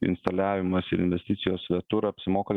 instaliavimas ir investicijos svetur apsimoka